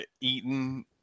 eaten